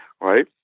right